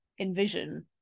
envision